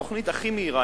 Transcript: התוכנית הכי מהירה,